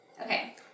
Okay